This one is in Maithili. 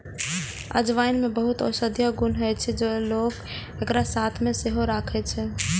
अजवाइन मे बहुत औषधीय गुण होइ छै, तें लोक एकरा साथ मे सेहो राखै छै